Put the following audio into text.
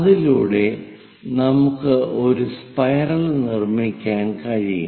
അതിലൂടെ നമുക്ക് ഒരു സ്പൈറൽ നിർമ്മിക്കാൻ കഴിയും